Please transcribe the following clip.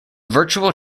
virtual